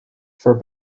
for